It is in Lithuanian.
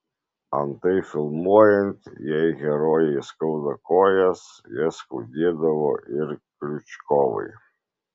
antai filmuojant jei herojei skauda kojas jas skaudėdavo ir kriučkovai